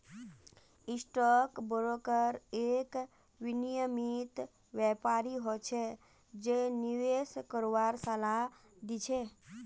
stock broker एक विनियमित व्यापारी हो छै जे निवेश करवार सलाह दी छै